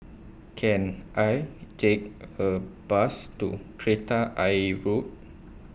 Can I Take A Bus to Kreta Ayer Road